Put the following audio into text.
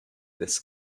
this